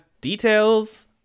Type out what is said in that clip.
details